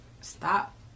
stop